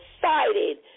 decided